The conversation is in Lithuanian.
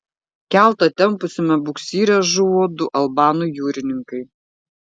keltą tempusiame buksyre žuvo du albanų jūrininkai